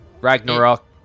Ragnarok